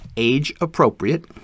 age-appropriate